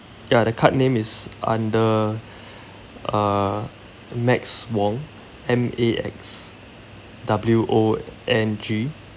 ya the card name is under uh max wong M A X W O N G